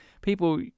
people